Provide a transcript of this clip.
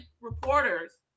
reporters